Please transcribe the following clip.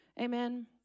Amen